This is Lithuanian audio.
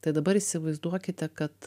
tad dabar įsivaizduokite kad